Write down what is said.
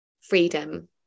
freedom